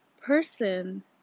person